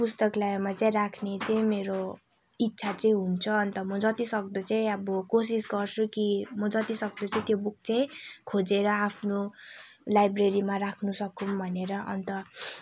पुस्तकालयमा चाहिँ राख्ने चाहिँ मेरो इच्छा चाहिँ हुन्छ अन्त म जतिसक्दो चाहिँ अब कोसिस गर्छु कि म जतिसक्दो चाहिँ त्यो बुक चाहिँ खोजेर आफ्नो लाइब्रेरीमा राख्नसकौँ भनेर अन्त